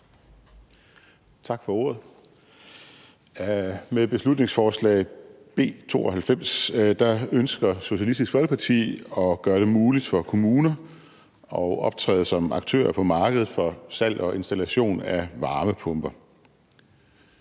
Tak for ordet. Med beslutningsforslag B 92 ønsker Socialistisk Folkeparti at gøre det muligt for kommuner at optræde som aktører på markedet for salg og installation af varmepumper.